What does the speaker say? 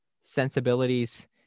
sensibilities